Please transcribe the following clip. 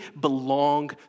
belong